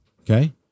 Okay